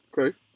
okay